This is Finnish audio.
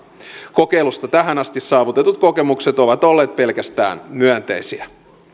kokeilusta tähän asti saavutetut kokemukset ovat olleet pelkästään myönteisiä